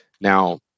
Now